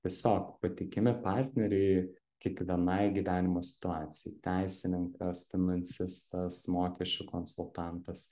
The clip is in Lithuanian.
tiesiog patikimi partneriai kiekvienai gyvenimo situacijai teisininkas finansistas mokesčių konsultantas